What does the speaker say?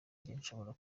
nshobora